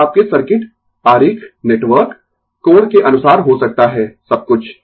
यह आपके सर्किट आरेख नेटवर्क कोण के अनुसार हो सकता है सब कुछ